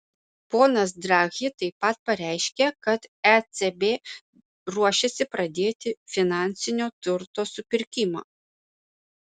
ponas draghi taip pat pareiškė kad ecb ruošiasi pradėti finansinio turto supirkimą